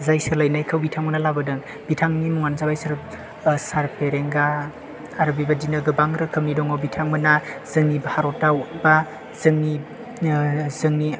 जाय सोलायनायखौ बिथांमोना लाबोदों बिथांनि मुङानो जाबाय सार फेरेंगा आरो बेबायदिनो गोबां रोखोमनि दङा बिथांमोना जोंनि भारताव बा जोंनि जोंनि